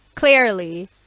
Clearly